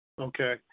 Okay